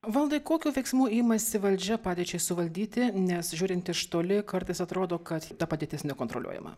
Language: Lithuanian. valdai kokių veiksmų imasi valdžia padėčiai suvaldyti nes žiūrint iš toli kartais atrodo kad ta padėtis nekontroliuojama